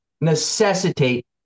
necessitate